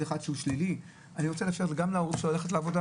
שהוא שלילי ואני רוצה לאפשר להורים שלו ללכת לעבודה